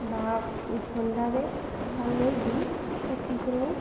বা হোণ্ডাৰে পানী দি খেতিখিনি